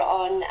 on